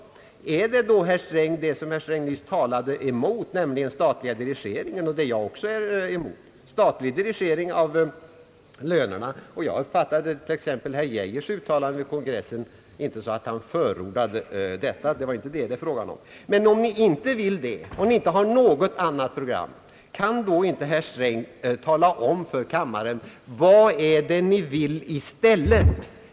Innebär detta trots allt det som herr Sträng talade emot — och som jag också är emot — nämligen statlig dirigering av lönerna? Jag fattade herr Geijers uttalande på kongressen inte så att han förordade detta. Men om ni nu inte vill det, och om ni inte har något annat program, kan då herr Sträng tala om för kammaren: Vad är det ni vill i stället?